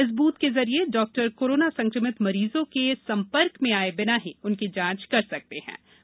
इस बूथ के जरिये डॉक्टर कोरोना संक्रमित मरीजों के संपर्क में आये बिना उनकी जाँच कर सकेंगे